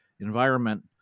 environment